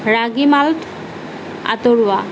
ৰাগী malt আঁতৰোৱা